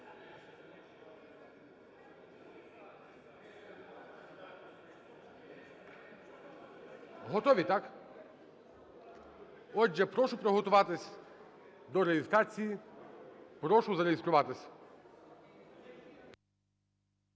Готові, так? Отже, прошу приготуватися до реєстрації, прошу зареєструватися.